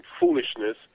foolishness